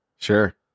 Sure